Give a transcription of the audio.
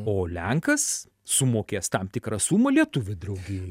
o lenkas sumokės tam tikrą sumą lietuvių draugijai